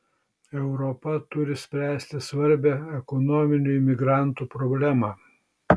europa turi spręsti svarbią ekonominių imigrantų problemą